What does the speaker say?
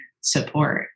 support